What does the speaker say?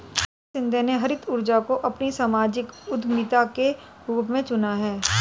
हरीश शिंदे ने हरित ऊर्जा को अपनी सामाजिक उद्यमिता के रूप में चुना है